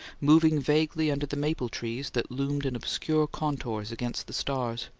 moving vaguely under the maple trees that loomed in obscure contours against the stars.